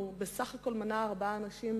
הוא מנה בסך הכול ארבעה אנשים,